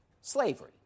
slavery